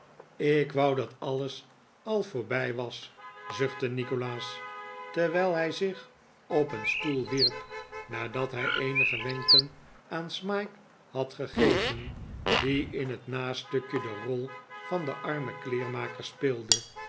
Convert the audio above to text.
ik wou dat alles al voorbij was zuchtte nikolaas terwijl hij zich op een stoel wierp nadat hij eenige wenken aan smike had gegeven die in het nastukje de rol van een armen kleermaker speelde